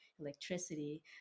electricity